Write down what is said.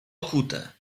okute